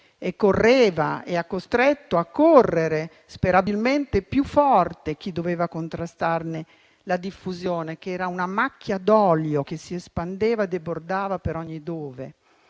e correva e ha costretto a correre sperabilmente più forte chi doveva contrastarne la diffusione, una macchia d'olio che si espandeva e debordava per ogni dove.